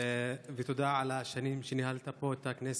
ותודה על השנים שניהלת פה את הכנסת,